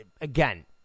Again